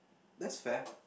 that's fair